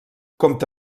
compta